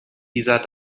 dieser